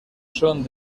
son